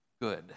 good